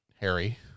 Harry